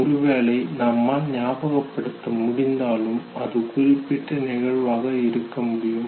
ஒருவேளை நம்மால் ஞாபகப்படுத்த முடிந்தாலும் அது குறிப்பிட்ட நிகழ்வாக இருக்க முடியும்